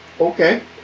Okay